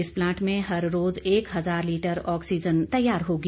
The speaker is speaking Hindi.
इस प्लांट में हर रोज एक हजार लीटर ऑक्सीजन तैयार होगी